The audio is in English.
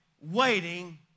waiting